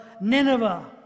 Nineveh